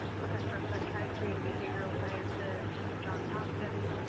professor of psychiatry and behavioral sciences, john thompkins,